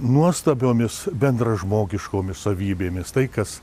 nuostabiomis bendražmogiškomis savybėmis tai kas